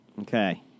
Okay